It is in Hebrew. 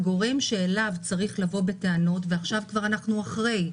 הגורם שאליו צריך לבוא בטענות ואנחנו כבר אחרי,